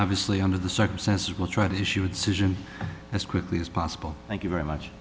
obviously under the circumstances will try to shoot susan as quickly as possible thank you very much